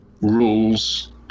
rules